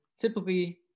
typically